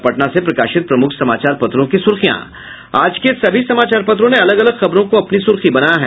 अब पटना से प्रकाशित प्रमुख समाचार पत्रों की सुर्खियां आज के सभी समाचार पत्रों ने अलग अलग खबरों को अपनी सुर्खी बनाया है